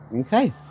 Okay